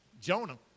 Jonah